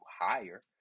higher